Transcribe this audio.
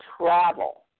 travel